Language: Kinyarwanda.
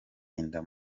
inda